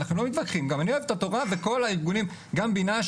גם אני אוהב את התורה וכל הארגונים גם בינה,